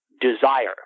desire